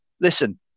listen